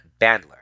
Bandler